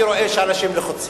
אני רואה שאנשים לחוצים.